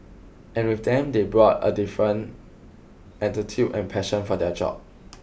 and with them they brought a different attitude and passion for their job